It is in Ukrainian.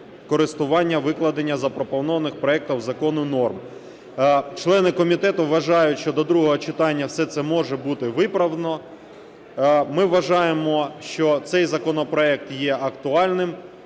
користування викладених запропонованих проектом закону норм. Члени комітету вважають, що до другого читання все це може бути виправлено. Ми вважаємо, що цей законопроект є актуальним,